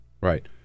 Right